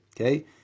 Okay